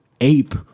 ape